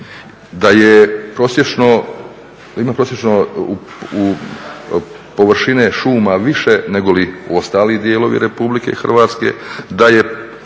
da je prosječno, ima prosječno površine šuma više negoli ostali dijelovi Republike Hrvatske, da je